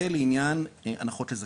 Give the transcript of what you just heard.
זה לעניין הנחות לזכאים.